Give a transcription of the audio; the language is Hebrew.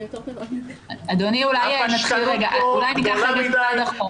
היריעה פה גדולה מדי.